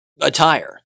attire